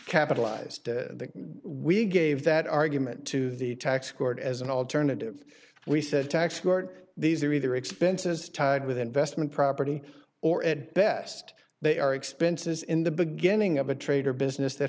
capitalized we gave that argument to the tax court as an alternative we said tax court these are either expenses tied with investment property or at best they are expenses in the beginning of a trade or business that